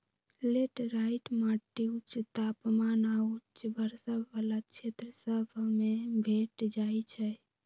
laterite माटि उच्च तापमान आऽ उच्च वर्षा वला क्षेत्र सभ में भेंट जाइ छै